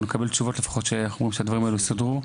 ונקבל לפחות תשובות שהדברים האלה סודרו.